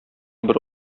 бер